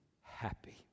happy